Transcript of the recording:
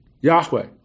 Yahweh